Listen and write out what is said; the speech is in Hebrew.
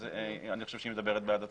אז אני חושב שהיא מדברת בעד עצמה,